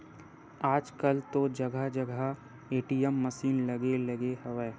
आजकल तो जगा जगा ए.टी.एम मसीन लगे लगे हवय